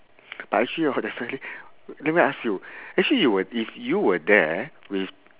but actually hor definitely let me ask you actually you if you were there with